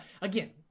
again